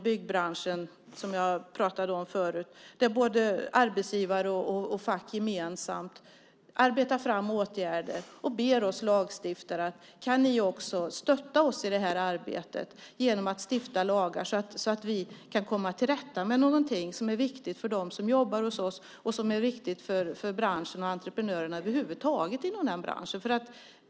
Byggbranschen, som jag pratade om förut, är ett exempel där arbetsgivare och fack gemensamt arbetar fram åtgärder och ber oss lagstiftare att stötta dem i arbetet genom att stifta lagar så att de kan komma till rätta med någonting som är viktigt för dem som jobbar hos dem och som är viktigt för branschen och entreprenörerna.